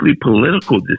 political